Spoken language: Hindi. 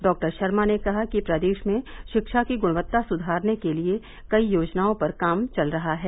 डॉक्टर शर्मा ने कहा कि प्रदेश में शिक्षा की गुणवत्ता सुधारने के लिए कई योजनाओं पर काम चल रहा है